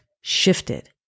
shifted